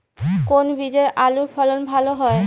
কোন বীজে আলুর ফলন ভালো হয়?